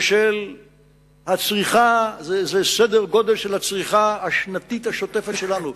זו בערך הצריכה השנתית השוטפת שלנו.